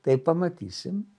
tai pamatysim